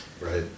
Right